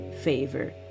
favor